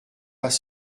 pas